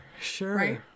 sure